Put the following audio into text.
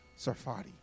Sarfati